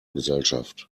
gesellschaft